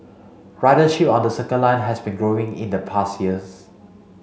ridership on the Circle Line has been growing in the past years